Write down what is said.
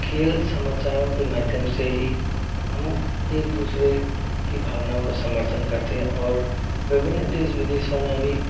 खेल समाचारों के माध्यम से ही हम एक दूसरे की भावनाओं का समर्थन करते हैं और विभिन्न देश विदेशों में भी